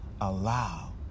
allow